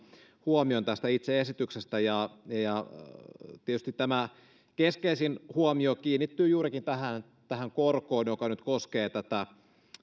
huomion tästä itse esityksestä tietysti keskeisin huomio kiinnittyy juurikin tähän tähän korkoon joka nyt koskee tätä